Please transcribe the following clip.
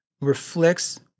reflects